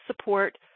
support